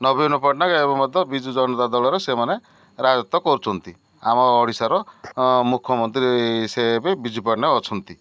ନବୀନ ପଟ୍ଟନାୟକ ଏବେ ମଧ୍ୟ ବିଜୁ ଜନତା ଦଳର ସେମାନେ ରାଜୁତ କରୁଛନ୍ତି ଆମ ଓଡ଼ିଶାର ମୁଖ୍ୟମନ୍ତ୍ରୀ ସେ ବି ବିଜୁ ପଟ୍ଟନାୟକ ଅଛନ୍ତି